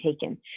taken